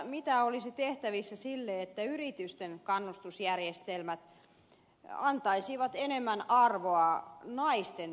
mitä olisi tehtävissä sille että yritysten kannustusjärjestelmät antaisivat enemmän arvoa naisten työlle